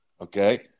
Okay